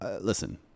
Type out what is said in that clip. listen